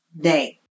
Day